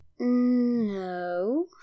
No